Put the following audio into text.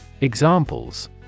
Examples